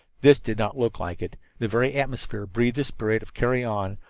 this did not look like it. the very atmosphere breathed the spirit of carry on,